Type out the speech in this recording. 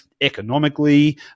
economically